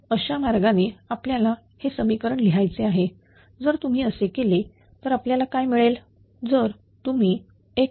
अशा मार्गाने आपल्याला हे समीकरण लिहायचे आहे जर तुम्ही असे केले तर आपल्याला काय मिळेल जेव्हा तुम्हीx